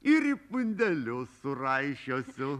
ir į pundelius suraišiosiu